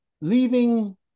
leaving